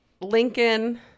Lincoln